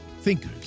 thinkers